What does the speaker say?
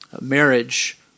Marriage